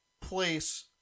place